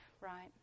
right